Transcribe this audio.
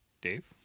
Dave